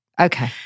Okay